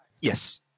yes